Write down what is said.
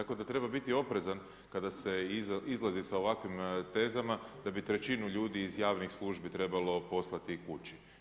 Tako da treba biti oprezan kada se izlazi sa ovakvim tezama da bi trećinu ljudi iz javni službi trebalo poslati kući.